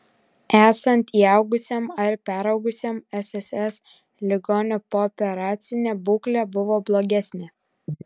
esant įaugusiam ar peraugusiam sss ligonio pooperacinė būklė buvo blogesnė